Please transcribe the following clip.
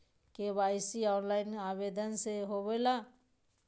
KYC online आवेदन से होवे ला?